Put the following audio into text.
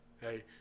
Hey